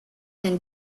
can